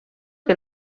que